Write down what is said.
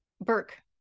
Burke